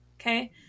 okay